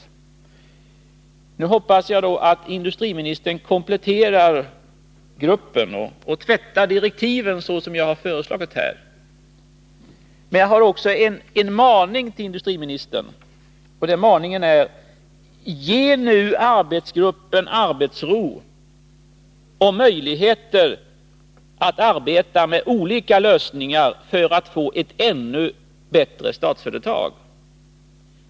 Jag hoppas att industriministern kompletterar gruppen och tvättar direktiven så som jag har föreslagit här. Men jag har också en maning till industriministern: Ge nu arbetsgruppen arbetsro och möjligheter att arbeta med olika lösningar för att få ett ännu bättre Statsföretag!